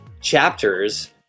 chapters